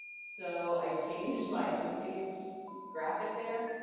so i changed my homepage graphic there,